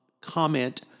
comment